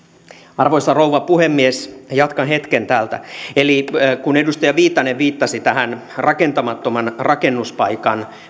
arvoisa rouva puhemies jatkan hetken täältä eli kun edustaja viitanen viittasi tähän rakentamattoman rakennuspaikan